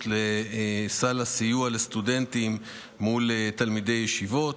לסל הסיוע לסטודנטים מול תלמידי ישיבות.